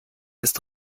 ist